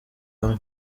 hamwe